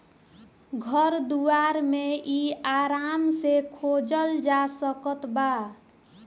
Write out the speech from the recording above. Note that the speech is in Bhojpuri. घर दुआर मे इ आराम से खोजल जा सकत बा